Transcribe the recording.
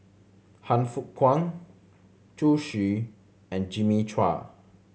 Han Fook Kwang Zhu Xu and Jimmy Chua